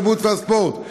התרבות והספורט.